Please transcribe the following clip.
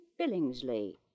Billingsley